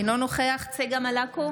אינו נוכח צגה מלקו,